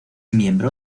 miembro